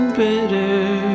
bitter